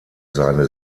seine